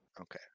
Okay